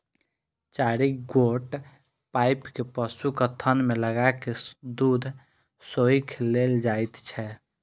चारि गोट पाइप के पशुक थन मे लगा क दूध सोइख लेल जाइत छै